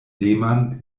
lehmann